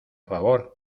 favor